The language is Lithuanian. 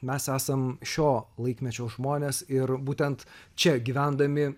mes esam šio laikmečio žmonės ir būtent čia gyvendami